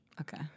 Okay